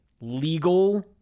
legal